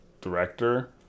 director